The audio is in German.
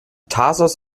thasos